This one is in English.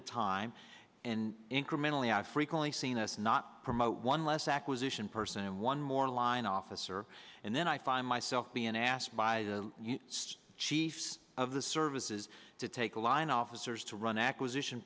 the time and incrementally i frequently seen us not promote one less acquisition person one more line officer and then i find myself being asked by the state chiefs of the services to take a line officers to run acquisition